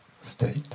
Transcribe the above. state